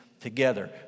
together